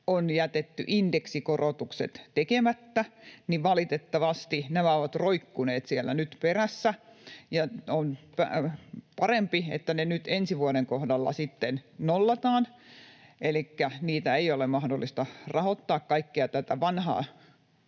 on jätetty indeksikorotukset tekemättä. Valitettavasti nämä ovat nyt roikkuneet siellä perässä, ja on parempi, että ne nyt ensi vuoden kohdalla sitten nollataan, elikkä ei ole mahdollista rahoittaa kaikkea tätä vanhaa